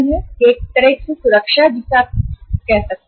आप इसे एक तरह की सुरक्षा कह सकते हैं